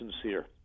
sincere